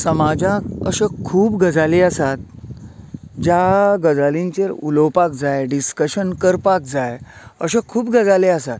समाजान अश्यो खूब गजाली आसात ज्या गजालींचेर उलोवपाक जाय डिस्कशन करपाक जाय अश्यो खूब गजाली आसात